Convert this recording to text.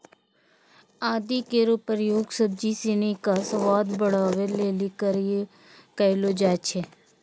आदि केरो प्रयोग सब्जी सिनी क स्वाद बढ़ावै लेलि कयलो जाय छै